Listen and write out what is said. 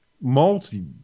multi